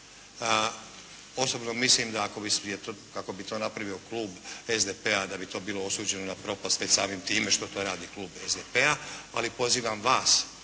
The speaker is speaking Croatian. Osobno mislim da ako bi, kako bi to napravio klub SDP-a da bi to bilo osuđeno na propast već samim time što to radi klub SDP-a, ali pozivam vas